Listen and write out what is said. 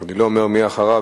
אני לא אומר מי אחריו,